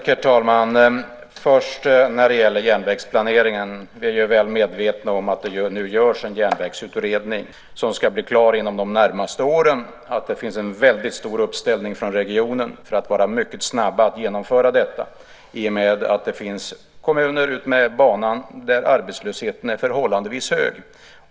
Herr talman! Vad gäller järnvägsplanering är jag väl medveten om att det nu görs en järnvägsutredning som ska bli klar inom de närmaste åren. Det finns en väldigt stor uppslutning från regionen kring att detta ska genomföras snabbt i och med att det finns kommuner utmed banan där arbetslösheten är förhållandevis hög.